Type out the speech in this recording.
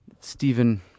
Stephen